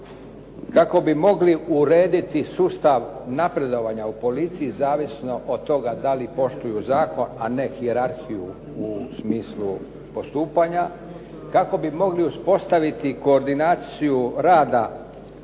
kako bi mogli urediti sustav napredovanja u policiji zavisno od toga da li poštuju zakon, a ne hijerarhija u smislu postupanja, kako bi mogli uspostaviti koordinaciju rada